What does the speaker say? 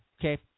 okay